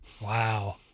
Wow